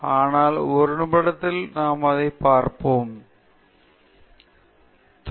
எனவே இப்போது நாம் ஒரு நிமிடத்தில் பார்க்கும் கால அளவை உள்ளடக்கிய கட்டுப்பாடுகளைக் கவனிக்கலாம்